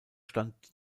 stand